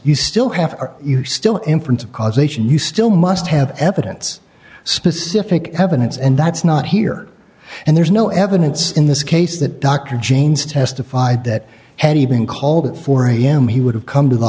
you still have are you still inference of causation you still must have evidence specific evidence and that's not here and there's no evidence in this case that dr james testified that had he been called at four am he would have come to the